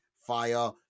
Fire